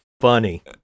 funny